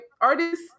artists